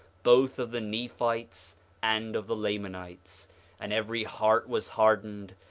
both of the nephites and of the lamanites and every heart was hardened,